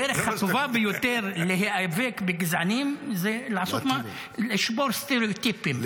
הדרך הטובה ביותר להיאבק בגזענים זה לשבור סטריאוטיפים,